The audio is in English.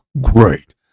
great